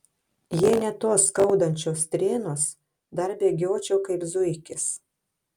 jei ne tos skaudančios strėnos dar bėgiočiau kaip zuikis